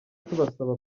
tubasaba